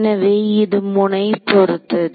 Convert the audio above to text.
எனவே இது முனை பொருத்தது